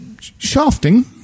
shafting